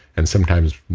and sometimes,